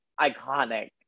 iconic